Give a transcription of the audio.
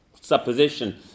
supposition